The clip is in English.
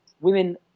women